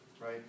right